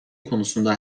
konusunda